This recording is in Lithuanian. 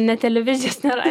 net televizijos nėra